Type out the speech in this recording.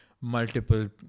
multiple